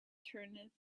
turneth